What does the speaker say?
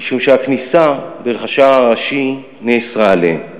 משום שהכניסה דרך השער הראשי נאסרה עליהם.